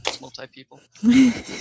Multi-people